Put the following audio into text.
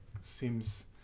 seems